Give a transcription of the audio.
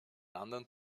anderen